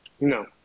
No